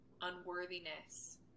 unworthiness